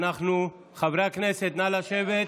חברי הכנסת, נא לשבת.